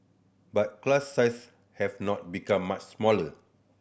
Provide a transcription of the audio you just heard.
but class size have not become much smaller